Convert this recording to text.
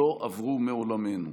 לא עברו מעולמנו.